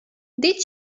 did